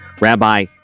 Rabbi